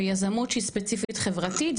ויזמות שהיא ספציפית חברתית,